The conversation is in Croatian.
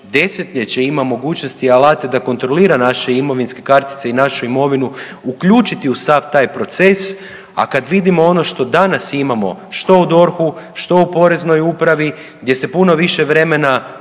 desetljeće ima mogućnosti alate da kontrolira naše imovinske kartice i našu imovinu uključiti u sav taj proces, a kad vidimo ono što danas imamo što u DORH-u, što u Poreznoj upravi gdje se puno više vremena